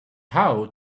how